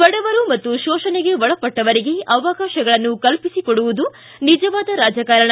ಬಡವರು ಹಾಗೂ ಶೋಷಣೆಗೆ ಒಳಪಟ್ಟವರಿಗೆ ಅವಕಾಶಗಳನ್ನು ಕಲ್ಪಿಸಿಕೊಡುವುದು ನಿಜವಾದ ರಾಜಕಾರಣ